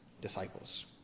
disciples